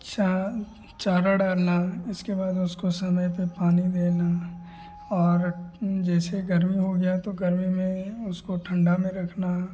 शाम चारा डालना उसके बाद उसको समय पर पानी देना और जैसे गर्मी हो गया तो गर्मी में उसको ठंडे में रखना